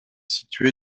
situé